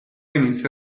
inizia